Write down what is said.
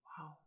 Wow